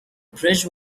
bridge